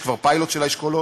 יש כבר פיילוט של האשכולות,